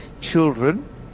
children